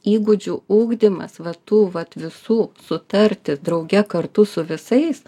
įgūdžių ugdymas va tų vat visų sutarti drauge kartu su visais